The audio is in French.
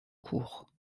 cours